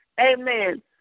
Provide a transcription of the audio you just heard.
Amen